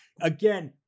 again